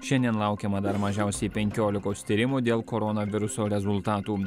šiandien laukiama dar mažiausiai penkiolikos tyrimų dėl koronaviruso rezultatų